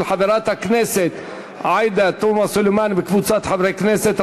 של חברת הכנסת עאידה תומא סלימאן וקבוצת חברי הכנסת,